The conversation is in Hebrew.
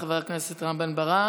חבר הכנסת רם בן ברק.